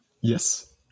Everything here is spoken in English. yes